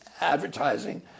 advertising